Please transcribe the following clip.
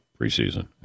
preseason